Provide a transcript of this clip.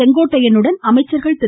செங்கோட்டையனுடன் அமைச்சர்கள் திரு